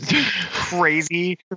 crazy